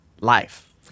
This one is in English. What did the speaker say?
life